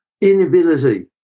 inability